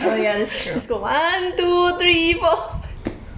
oh ya that's true